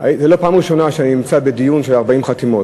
זאת לא פעם ראשונה שאני נמצא בדיון בעקבות 40 חתימות,